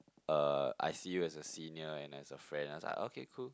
uh I see you as a senior and as a friend I was like okay cool